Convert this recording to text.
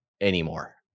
anymore